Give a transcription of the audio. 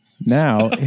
now